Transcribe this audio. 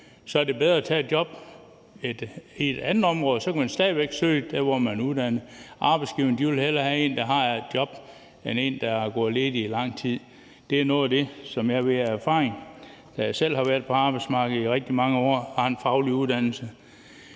så er det bedre at tage et job i et andet område, og så kan man stadig væk søge inden for det område, man er uddannet til. Arbejdsgiverne vil hellere have en, der har et job, end en, der har gået ledig i lang tid. Det er noget af det, som jeg ved af erfaring, da jeg selv har været på arbejdsmarkedet i rigtig mange år og har en faglig uddannelse.